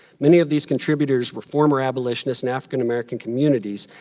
many of these contributors were former abolitionists and african american communities.